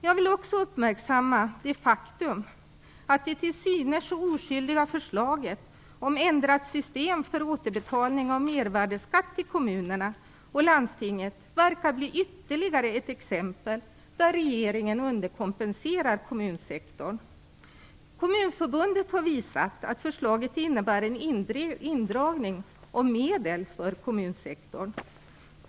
Jag vill också uppmärksamma det faktum att det till synes så oskyldiga förslaget om ändrat system för återbetalning av mervärdesskatt till kommunerna och landstingen verkar bli ytterligare ett exempel på att regeringen underkompenserar kommunsektorn. Kommunförbundet har visat att förslaget innebär en indragning av medel för kommunsektorn.